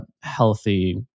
healthy